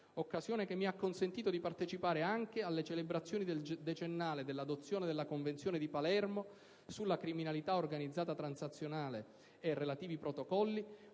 occasione che mi ha consentito di partecipare anche alle celebrazioni del decennale dell'adozione della Convenzione di Palermo sulla criminalità organizzata transazionale e relativi protocolli: